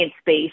space